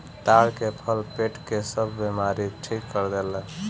ताड़ के फल पेट के सब बेमारी ठीक कर देला